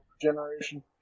generation